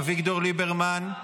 אביגדור ליברמן,